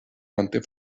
manté